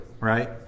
right